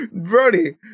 Brody